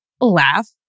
laugh